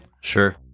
sure